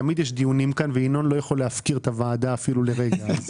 תמיד יש דיונים כאן וינון לא יכול להפקיר את הוועדה אפילו לרגע.